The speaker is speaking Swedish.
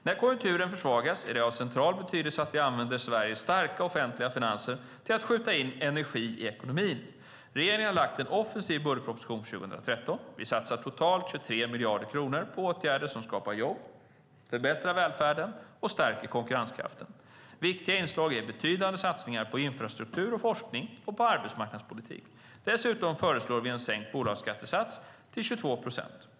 När konjunkturen försvagas är det av central betydelse att vi använder Sveriges starka offentliga finanser till att skjuta in energi i ekonomin. Regeringen har lagt en offensiv budgetproposition för 2013. Vi satsar totalt 23 miljarder kronor på åtgärder som skapar jobb, förbättrar välfärden och stärker konkurrenskraften. Viktiga inslag är betydande satsningar på infrastruktur och forskning och på arbetsmarknadspolitiken. Dessutom föreslår vi en sänkt bolagsskattesats till 22 procent.